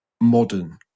modern